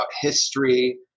history